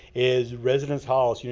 is residence halls. you know